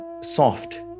soft